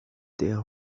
their